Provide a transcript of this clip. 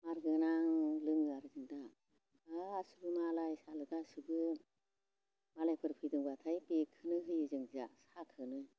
मार गोनां लोङो आरो जों दा गासैबो मालाय सालाय गासैबो मालायफोर फैदोंब्लाथाय बेखौनो होयो जों दा साहाखौनो